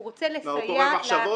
הוא רוצה לסייע --- הוא קורא מחשבות?